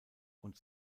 und